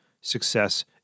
Success